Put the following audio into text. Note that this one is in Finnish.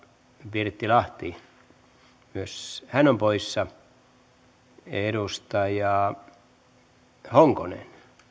pirttilahti myös hän on poissa edustaja honkonen